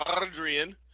Adrian